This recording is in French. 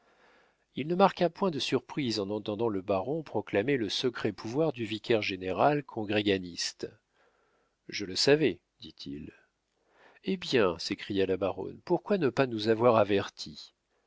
il ne marqua point de surprise en entendant le baron proclamer le secret pouvoir du vicaire-général congréganiste je le savais dit-il hé bien s'écria la baronne pourquoi ne pas nous avoir avertis